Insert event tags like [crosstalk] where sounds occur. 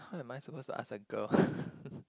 how am I suppose to ask a girl [laughs]